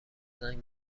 زنگ